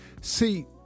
See